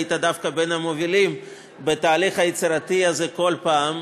היית דווקא בין המובילים בתהליך היצירתי הזה בכל פעם.